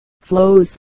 flows